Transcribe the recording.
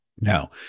now